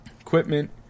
equipment